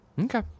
Okay